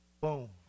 Boom